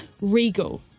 regal